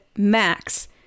max